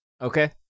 Okay